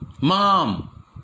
Mom